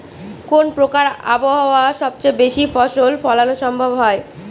কোন প্রকার আবহাওয়ায় সবচেয়ে বেশি ফসল ফলানো সম্ভব হয়?